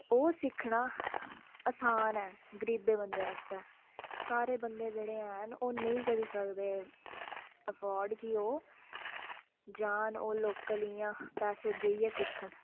ओह् सिक्खना आसान ऐ गरीबै बंदे आस्तै सारे बंदे जेह्ड़े हैन ओह् नेईं करी सकदे ऐफोर्ड कि ओह् जान ओह् लोकल इयां पैसे देइयै सिक्खन